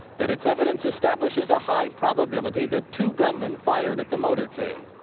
that it's evidence establishes a high probability. that two gunmen fired at the motorcade.